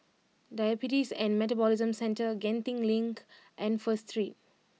Diabetes and Metabolism Centre Genting Link and First Street